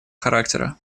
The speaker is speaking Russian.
характера